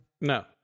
No